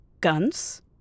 guns